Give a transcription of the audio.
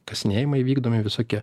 kasinėjimai vykdomi visokie